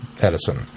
Edison